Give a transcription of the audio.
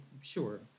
sure